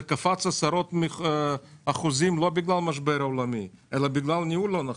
זה קפץ בעשרות אחוזים לא בגלל משבר עולמי - בגלל ניהול לא נכון.